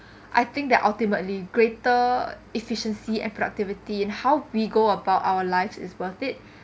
I think that ultimately greater efficiency and productivity in how we go about our life is worth it